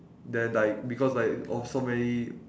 then like because like also many